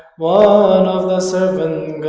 ah and of the server and